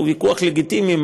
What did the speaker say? שהוא ויכוח לגיטימי,